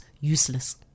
useless